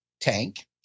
tank